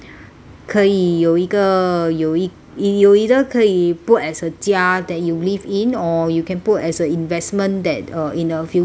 可以有一个有一有一 you either 可以 put as a 家 that you live in or you can put as a investment that uh in the future